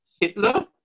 Hitler